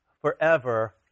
forever